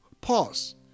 pause